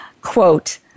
Quote